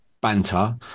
banter